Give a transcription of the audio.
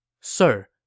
Sir